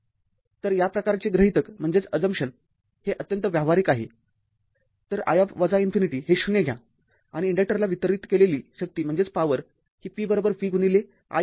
तर या प्रकारचे गृहितक हे अत्यंत व्यावहारिक आहे तर i हे ० घ्या आणि इन्डक्टरला वितरीत केलेली शक्ती ही p v I असेल